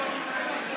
הצבעה שמית.